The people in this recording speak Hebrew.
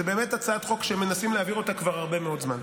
זו הצעת חוק שמנסים להעביר אותה כבר הרבה מאוד זמן.